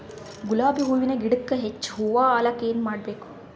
ಗುಲಾಬಿ ಹೂವಿನ ಗಿಡಕ್ಕ ಹೆಚ್ಚ ಹೂವಾ ಆಲಕ ಏನ ಮಾಡಬೇಕು?